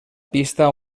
pista